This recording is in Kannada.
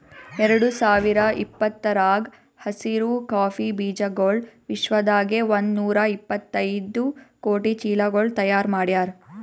ಎರಡು ಸಾವಿರ ಇಪ್ಪತ್ತರಾಗ ಹಸಿರು ಕಾಫಿ ಬೀಜಗೊಳ್ ವಿಶ್ವದಾಗೆ ಒಂದ್ ನೂರಾ ಎಪ್ಪತ್ತೈದು ಕೋಟಿ ಚೀಲಗೊಳ್ ತೈಯಾರ್ ಮಾಡ್ಯಾರ್